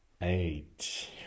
eight